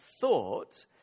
thought